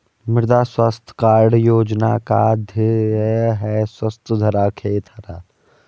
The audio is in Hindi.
मृदा स्वास्थ्य कार्ड योजना का ध्येय है स्वस्थ धरा, खेत हरा